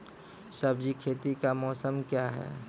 सब्जी खेती का मौसम क्या हैं?